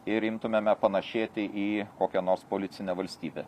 ir imtumėme panašėti į kokią nors policinę valstybę